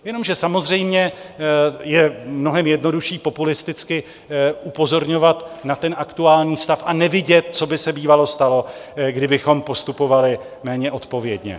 Jenomže samozřejmě je mnohem jednodušší populisticky upozorňovat na aktuální stav a nevidět, co by se bývalo stalo, kdybychom postupovali méně odpovědně.